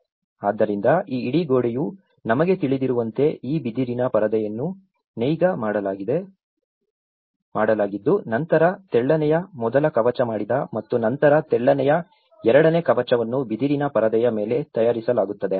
ಆದ್ದರಿಂದ ಈ ಇಡೀ ಗೋಡೆಯು ನಮಗೆ ತಿಳಿದಿರುವಂತೆ ಈ ಬಿದಿರಿನ ಪರದೆಯನ್ನು ನೇಯ್ಗೆ ಮಾಡಲಾಗಿದ್ದು ನಂತರ ತೆಳ್ಳನೆಯ ಮೊದಲ ಕವಚ ಮಾಡಿದ ಮತ್ತು ನಂತರ ತೆಳ್ಳನೆಯ ಎರಡನೇ ಕವಚವನ್ನು ಬಿದಿರಿನ ಪರದೆಯ ಮೇಲೆ ತಯಾರಿಸಲಾಗುತ್ತದೆ